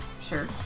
Sure